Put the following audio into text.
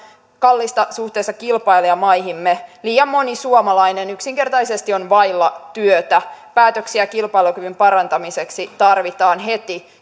kallista suhteessa kilpailijamaihimme liian moni suomalainen yksinkertaisesti on vailla työtä päätöksiä kilpailukyvyn parantamiseksi tarvitaan heti